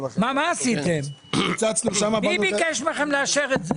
למה אנחנו לא מקבלים הבראה והשופטים כן מקבלים?